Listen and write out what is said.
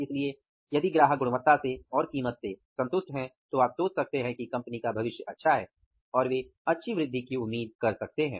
इसलिए यदि ग्राहक गुणवत्ता से और कीमत से संतुष्ट है तो आप सोच सकते हैं कि कंपनी का भविष्य अच्छा है और वे अच्छी वृद्धि की उम्मीद कर सकते हैं